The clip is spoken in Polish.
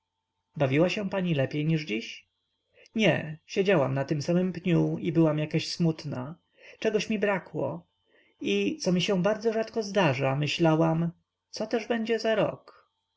bawiła się pani lepiej niż dziś nie siedziałam na tym samym pniu i byłam jakaś smutna czegoś mi brakło i co mi się bardzo rzadko zdarza myślałam co też będzie za rok